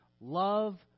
love